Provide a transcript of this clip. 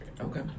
Okay